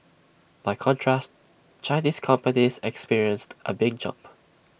by contrast Chinese companies experienced A big jump